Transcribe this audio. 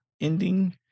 ending